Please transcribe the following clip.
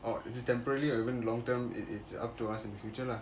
or is it temporarily or even long term it's it's up to us in the future lah